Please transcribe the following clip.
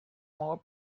more